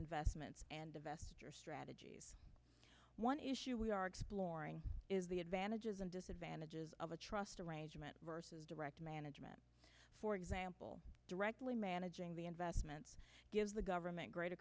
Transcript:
investments and investor strategies one issue we are exploring is the advantages and disadvantages of a trust arrangement versus direct management for example directly managing the investments gives the government greater